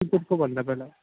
भन्दा बेला